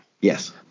Yes